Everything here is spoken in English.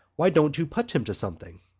why don't you put him to something?